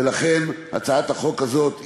ולכן הצעת החוק הזאת חשובה.